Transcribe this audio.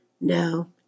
No